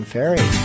Fairy